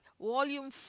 Volume